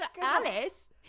Alice